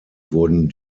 wurden